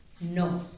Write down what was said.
no